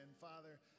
Father